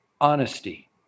honesty